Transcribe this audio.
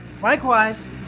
Likewise